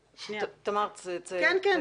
תמר, תגיעי ל --- כן.